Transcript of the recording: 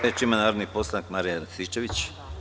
Reč ima narodni poslanik Marijan Rističević.